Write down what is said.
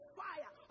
fire